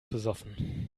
besoffen